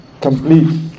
complete